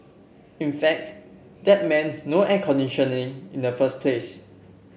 in fact that meant no air conditioning in the first place